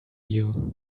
you